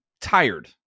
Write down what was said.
tired